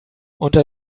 unter